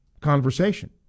conversation